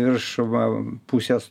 ir šuva pusės